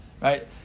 right